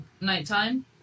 nighttime